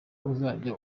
uzajya